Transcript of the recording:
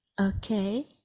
okay